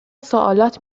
سوالات